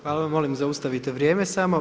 Hvala, molim zaustavite vrijeme samo.